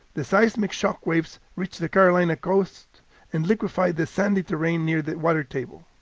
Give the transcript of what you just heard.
the seismic shock waves reach the carolina coast and liquefy the sandy terrain near the water table.